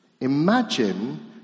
Imagine